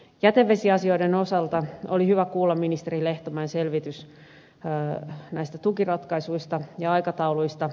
jätevesiasioiden osalta oli hyvä kuulla ministeri lehtomäen selvitys näistä tukiratkaisuista ja aikatauluista